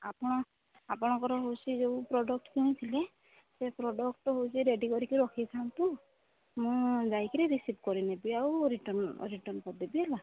ଆପଣ ଆପଣଙ୍କର ହେଉଛି ଯେଉଁ ପ୍ରଡ଼କ୍ଟ୍ କିଣିଥିଲେ ସେ ପ୍ରଡ଼କ୍ଟ୍ ହେଉଛି ରେଡ଼ି କରିକି ରଖିଥାନ୍ତୁ ମୁଁ ଯାଇକରି ରିସିଭ୍ କରିନେବି ଆଉ ରିଟର୍ଣ୍ଣ୍ ରିଟର୍ଣ୍ଣ୍ କରିଦେବି ହେଲା